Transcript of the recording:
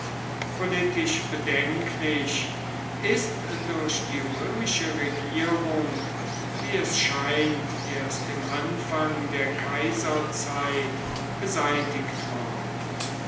politisch bedenklich ist durch die römische regierung wie es scheint erst im anfang der kaiserzeit beseitigt worden